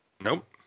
Nope